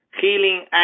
healing